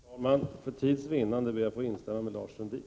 Herr talman! För tids vinnande ber jag att få instämma med Lars Sundin.